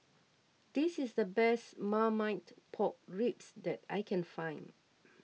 this is the best Marmite Pork Ribs that I can find